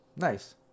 Nice